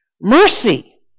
Mercy